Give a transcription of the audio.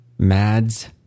Mads